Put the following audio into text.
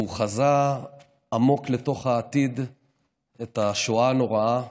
והוא חזה עמוק לתוך העתיד את השואה הנוראה,